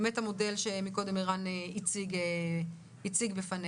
באמת המודל שמקודם ערן הציג בפנינו.